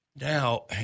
Now